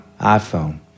iPhone